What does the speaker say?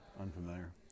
Unfamiliar